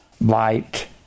light